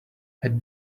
had